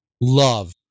love